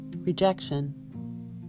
rejection